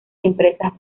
empresas